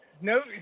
No